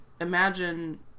imagine